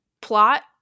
plot